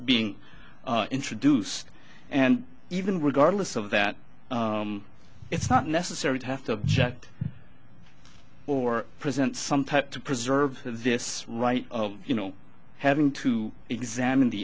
being introduced and even regardless of that it's not necessary to have to object or present some type to preserve this right of you know having to examine the